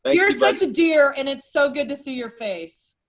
ah you're such a dear, and it's so good to see your face.